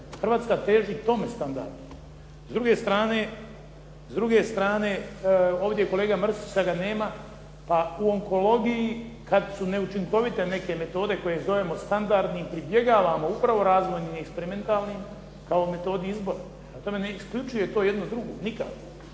Hrvatska teži tom standardu. S druge strane, ovdje kolega Mrsić, sada ga nema, pa u onkologiji kada su neučinkovite neke metode, koje zovemo standardne, pribjegavamo upravno razvojnim i eksperimentalnim kao metodi izbora. Prema tome, ne isključuje to jedno drugo nikako.